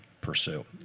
pursue